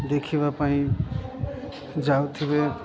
ଦେଖିବା ପାଇଁ ଯାଉଥିବେ